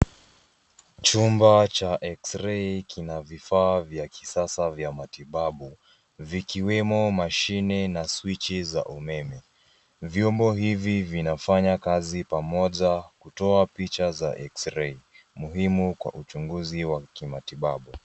Chumba cha X-ray kina vifaa vya kisasa vya matibabu vikiwemo mashine na swichi za umeme. Vyombo hivi vinafanya kazi pamoja kutoa picha za x-ray muhimu kwa uchunguzi wa kimatibabu.